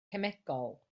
cemegol